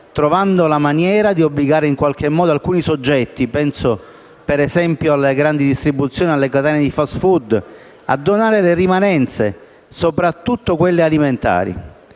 trovando la maniera di obbligare in qualche modo alcuni soggetti (penso per esempio alla grande distribuzione, alle catene di *fast food*) a donare le rimanenze, soprattutto quelle alimentari.